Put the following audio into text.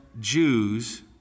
Jews